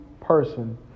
person